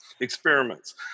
experiments